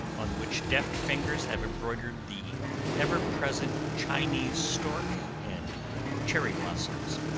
on which deft fingers have embroidered the ever-present chinese stork and cherry blossoms,